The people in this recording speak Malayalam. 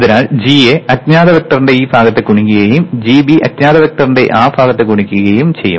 അതിനാൽ gA അജ്ഞാത വെക്ടറിന്റെ ഈ ഭാഗത്തെ ഗുണിക്കുകയും gB അജ്ഞാത വെക്ടറിന്റെ ആ ഭാഗത്തെ ഗുണിക്കുകയും ചെയ്യും